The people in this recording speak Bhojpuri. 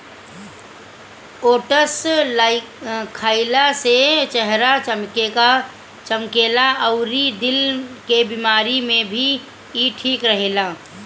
ओट्स खाइला से चेहरा चमकेला अउरी दिल के बेमारी में भी इ ठीक रहेला